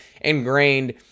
ingrained